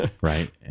Right